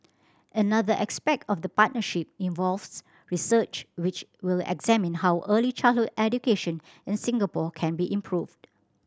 another aspect of the partnership involves research which will examine how early childhood education in Singapore can be improved